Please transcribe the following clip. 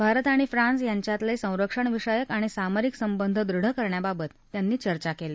भारत आणि फ्रान्स यांच्यातल संरक्षणविषयक आणि सामरिक संबंध दृढ करण्याबाबत त्यांनी चर्चा कली